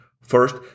First